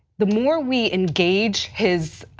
the more we engage his